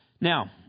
Now